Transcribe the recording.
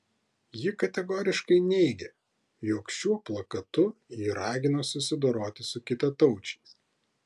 ji kategoriškai neigė jog šiuo plakatu ji ragino susidoroti su kitataučiais